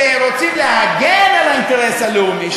שרוצים להגן על האינטרס הלאומי,